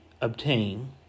obtain